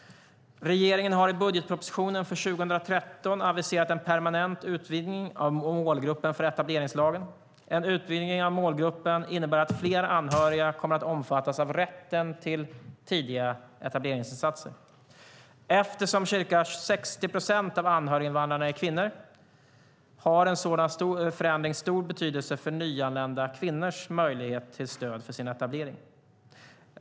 Regeringen har i budgetpropositionen för 2013 aviserat en permanent utvidgning av målgruppen för etableringslagen. En utvidgning av målgruppen innebär att fler anhöriga kommer att omfattas av rätten till tidiga etableringsinsatser. Eftersom ca 60 procent av anhöriginvandrarna är kvinnor har en sådan förändring stor betydelse för nyanlända kvinnors möjlighet till stöd för sin etablering.